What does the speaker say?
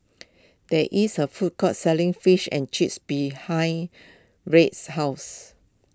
there is a food court selling Fish and Chips behind Wirt's house